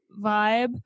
vibe